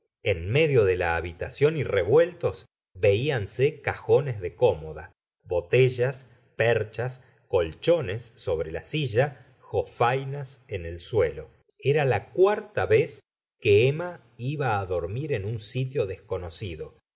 en medio de la habitación y revueltos veíanse cajones de cómoda botellas perchas colchones sobre la silla jofainas en el suelo era la cuarta vez que emma iba dormir en un sitio desconocido